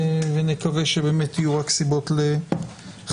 ונקווה שבאמת יהיו רק סיבות לחגיגה.